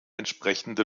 entsprechende